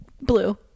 Blue